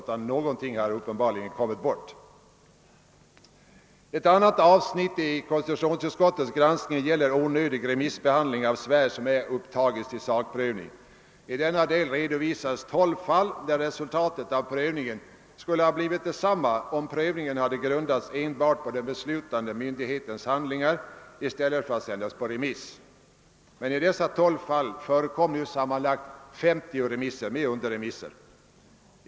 Handlingarna hade uppenbarligen på något sätt kommit bort. Ett annat avsnitt i konstitutionsutskottets granskning gäller onödig remissbehandling av besvär som inte upptagits till sakprövning. I denna del redovisas tolv fall där resultatet av prövningen skulle ha blivit detsamma om prövningen hade grundats enbart på den beslutande myndighetens handlingar i stället för att sändas på remiss. I dessa fall förekom sammanlagt 50 remisser inklusive underremisser och påminnelser.